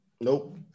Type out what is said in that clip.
Nope